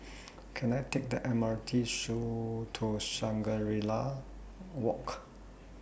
Can I Take The M R T to Shangri La Walk